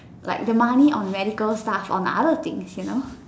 like the money on medical stuff on other things you know